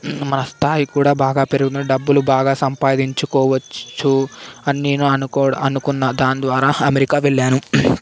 మన స్థాయి కూడా బాగా పెరుగుతుంది డబ్బులు బాగా సంపాదించుకోవచ్చు అని నేను అనుకు అనుకున్నా దాని ద్వారా అమెరికా వెళ్ళాను